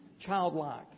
Childlike